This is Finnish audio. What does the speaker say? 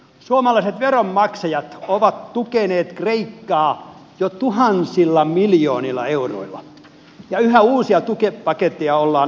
suomalaiset veronmaksajat ovat tukeneet kreikkaa jo tuhansilla miljoonilla euroilla ja yhä uusia tukipaketteja ollaan sorvaamassa